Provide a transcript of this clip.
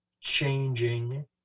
changing